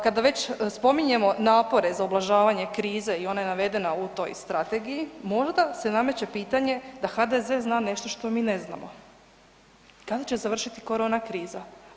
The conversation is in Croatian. Kada već spominjemo napore za ublažavanje krize i ona je navedena u toj strategiji možda se nameće pitanje da HDZ zna nešto što mi ne znamo kada će završiti corona kriza.